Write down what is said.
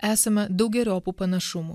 esama daugeriopų panašumų